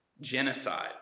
genocide